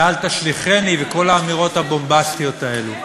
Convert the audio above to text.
ו"אל תשליכני" וכל האמירות הבומבסטיות האלה,